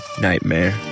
Nightmare